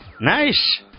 Nice